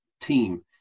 team